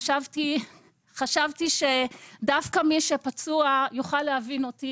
חשבתי שדווקא מי שפצוע יוכל להבין אותי,